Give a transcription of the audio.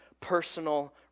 personal